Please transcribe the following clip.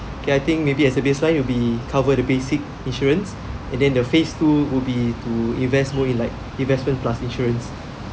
okay I think maybe as a baseline will be cover the basic insurance and then the phase two would be to invest more in like investment plus insurance